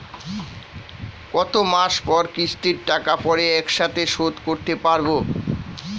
কত মাস পর কিস্তির টাকা পড়ে একসাথে শোধ করতে পারবো?